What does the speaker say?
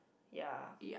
ya